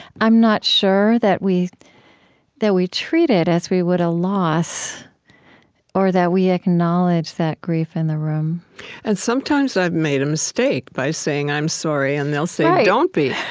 i'm not sure that we that we treat it as we would a loss or that we acknowledge that grief in the room and sometimes i've made a mistake by saying i'm sorry. and they'll say, don't be.